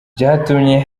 byatumye